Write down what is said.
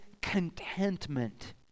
contentment